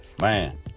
man